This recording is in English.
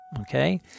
Okay